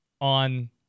on